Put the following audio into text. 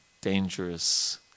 dangerous